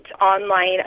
online